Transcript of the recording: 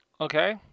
Okay